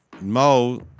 Mo